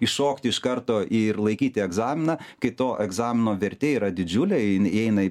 įšokti iš karto ir laikyti egzaminą kai to egzamino vertė yra didžiulė jin įeina į